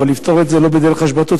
לפתור את זה לא בדרך השבתות,